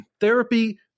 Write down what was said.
therapy